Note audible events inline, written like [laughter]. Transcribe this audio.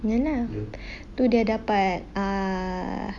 ya lah [breath] tu dia dapat ah